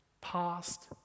past